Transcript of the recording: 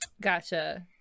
Gotcha